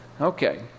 Okay